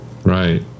right